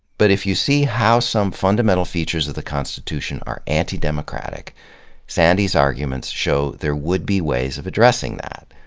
but if you see how some fundamental features of the constitution are anti-democratic sandy's arguments show, there would be ways of addressing that,